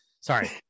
Sorry